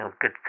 good